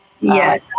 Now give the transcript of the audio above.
Yes